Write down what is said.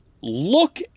Look